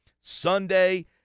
Sunday